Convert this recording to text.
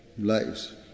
lives